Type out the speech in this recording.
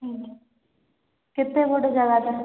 ହୁଁ କେତେ ବଡ଼୍ ଜାଗାଟା